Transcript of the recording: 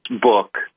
book